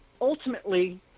ultimately